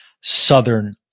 southern